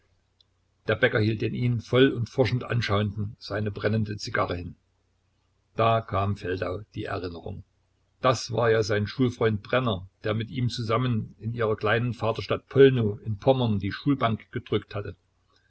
der bäcker hielt dem ihn voll und forschend anschauenden seine brennende zigarre hin da kam feldau die erinnerung das war ja sein schulfreund brenner der mit ihm zusammen in ihrer kleinen vaterstadt pollnow in pommern die schulbank gedrückt hatte